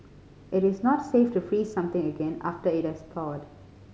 it is not safe to freeze something again after it has thawed